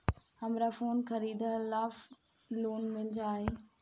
हमरा फोन खरीदे ला लोन मिल जायी?